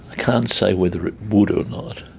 can't say whether it would or not